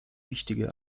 wichtige